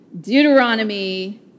Deuteronomy